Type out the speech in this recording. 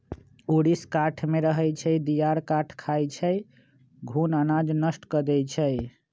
ऊरीस काठमे रहै छइ, दियार काठ खाई छइ, घुन अनाज नष्ट कऽ देइ छइ